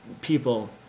people